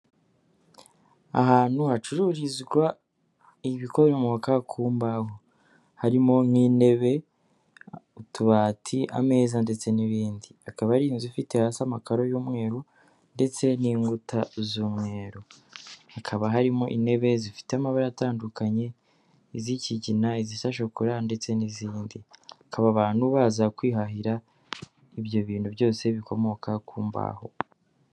Ahantu hacururizwa ibikomoka ku mbaho, harimo nk'intebe, utubati, ameza ndetse n'ibindi. Akaba ari inzu ifite hasi amakaro y'umweru ndetse n'inkuta z'umweru, hakaba harimo intebe zifite amabara atandukanye, iz'ikigina, izisa shokora ndetse n'izindi. Akaba abantu baza kwihahira ibyo bintu byose bikomoka ku mbaho.